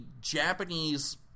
Japanese